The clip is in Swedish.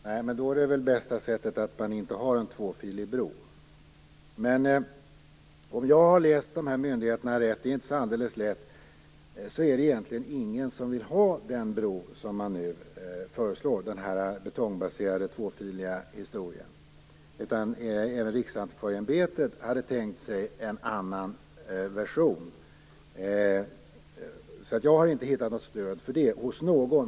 Fru talman! Då är det bästa sättet att inte ha en tvåfilig bro. Om jag har läst dessa myndigheter rätt - det är inte helt lätt - vill egentligen ingen ha den bro som nu föreslås, den här betongbaserade tvåfiliga historien. Även Riksantikvarieämbetet hade tänkt sig en annan version. Jag har alltså inte hittat något stöd för detta hos någon.